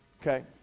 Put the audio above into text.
okay